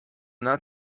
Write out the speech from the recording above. not